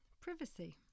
privacy